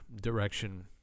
direction